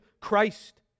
Christ